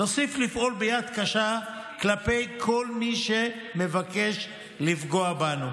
נוסיף לפעול ביד קשה כלפי כל מי שמבקש לפגוע בנו,